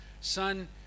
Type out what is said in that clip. son